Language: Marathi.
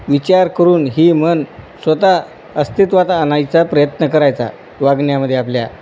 विचार करून ही म्हण स्वतः अस्तित्वात आणायचा प्रयत्न करायचा वागण्यामध्ये आपल्या